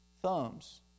thumbs